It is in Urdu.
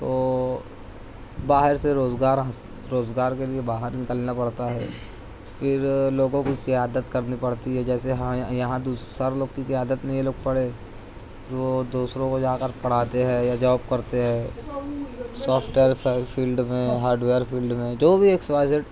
تو باہر سے روزگاراں روزگار کے لیے باہر نکلنا پڑتا ہے پھر لوگوں کی قیادت کرنی پڑتی ہے جیسے ہاں یہاں دوسرے لوگ کی قیادت میں یہ لوگ پڑھے وہ دوسروں کو جا کر پڑھاتے ہیں یا جاب کرتے ہیں سوفٹ ویئر فیلڈ میں ہارڈ ویئر فیلڈ میں جو بھی ایکس وائے زیڈ